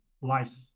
life